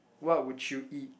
what would you eat